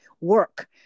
work